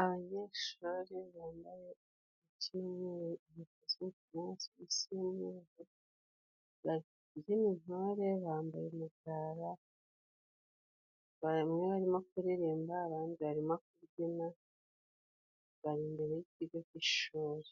Abanyeshuri bambaye iby'umweru bari kubyina intore. Bambaye imigara, barimo kuririmba, abandi barimo kubyina bari imbere y'ikigo k'ishuri.